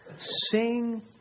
Sing